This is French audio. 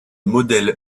modèles